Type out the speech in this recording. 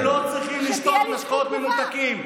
לא למד אפילו חמש דקות מה המשרד עושה,